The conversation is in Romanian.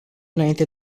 înainte